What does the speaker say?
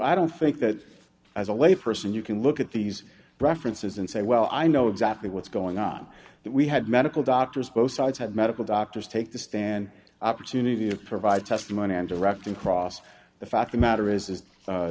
i don't think that as a layperson you can look at these references and say well i know exactly what's going on that we had medical doctors both sides had medical doctors take the stand opportunity to provide testimony and directly across the fact the matter is is